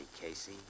Casey